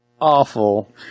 Awful